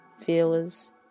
feelers